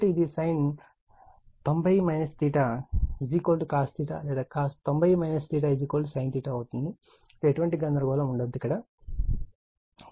కాబట్టి ఇది sin 90o 𝛉 cos 𝛉 లేదా cos 900 𝛉 sin 𝛉 అవుతుంది ఎటువంటి గందరగోళం ఉండకూడదు